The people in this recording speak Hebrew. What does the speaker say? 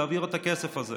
להעביר את הכסף הזה.